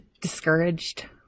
discouraged